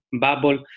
bubble